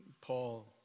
Paul